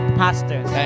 pastors